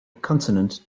consonant